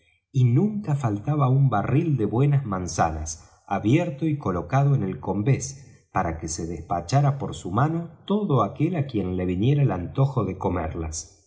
y nunca faltaba un barril de buenas manzanas abierto y colocado en el combés para que se despachara por su mano todo aquel á quien le viniera el antojo de comerlas